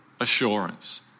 assurance